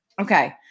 Okay